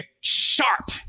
sharp